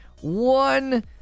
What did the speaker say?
One